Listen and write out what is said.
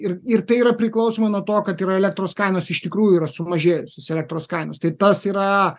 ir ir tai yra priklausomai nuo to kad yra elektros kainos iš tikrųjų yra sumažėjusios elektros kainos tai tas yra